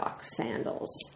sandals